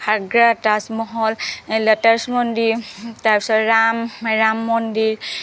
Agra Taj Mahal lotus মন্দিৰ তাৰপিছত ৰাম ৰাম মন্দিৰ